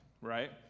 right